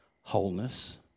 wholeness